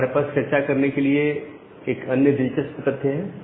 अब हमारे पास चर्चा करने के लिए एक अन्य दिलचस्प तथ्य है